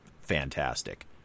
fantastic